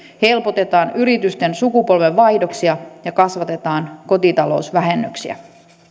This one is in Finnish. helpotetaan yritysten sukupolvenvaihdoksia ja kasvatetaan kotitalousvähennyksiä